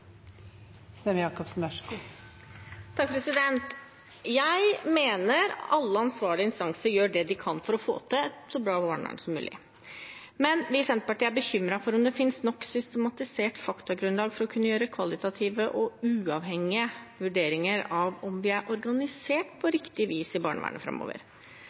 Jeg mener alle ansvarlige instanser gjør det de kan for å få til et så bra barnevern som mulig. Men vi i Senterpartiet er bekymret for om det finnes nok systematisert faktagrunnlag for å kunne gjøre kvalitative og uavhengige vurderinger av om vi er organisert på riktig vis i barnevernet framover.